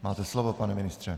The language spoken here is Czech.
Máte slovo, pane ministře.